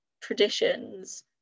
traditions